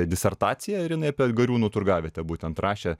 disertacija ir jinai apie gariūnų turgavietę būtent rašė